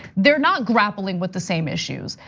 they're not grappling with the same issues.